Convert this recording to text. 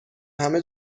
همه